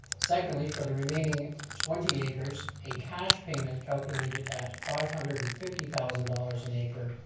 secondly, for the remaining twenty acres, a cash payment calculated at five hundred and fifty thousand dollars an acre,